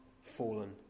fallen